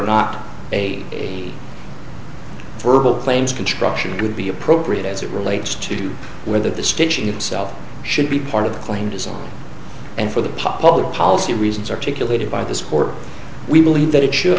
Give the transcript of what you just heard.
not a verbal claims construction would be appropriate as it relates to do whether the stitching itself should be part of the claim design and for the public policy reasons articulated by the score we believe that it should